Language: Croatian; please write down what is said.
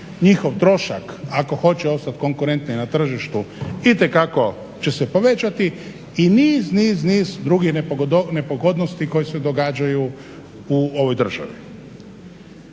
njihov trošak ako hoće ostati konkurentni na tržištu itekako će se povećati i niz, niz, niz drugih nepogodnosti koje se događaju u ovoj državi.